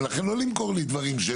ולכן לא למכור לי דברים.